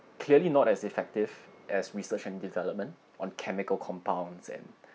clearly not as effective as research and development on chemical compounds and